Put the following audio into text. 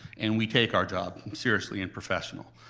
and we take our job seriously and professional.